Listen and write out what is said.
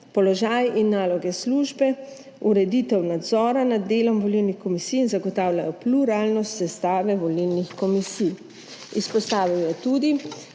položaj in naloge službe, ureditev nadzora nad delom volilnih komisij in zagotavljajo pluralnost sestave volilnih komisij. Izpostavil je tudi,